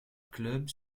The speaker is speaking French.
club